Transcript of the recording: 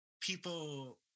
people